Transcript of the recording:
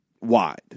wide